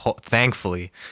Thankfully